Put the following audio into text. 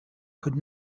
could